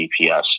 GPS